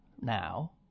now